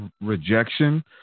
rejection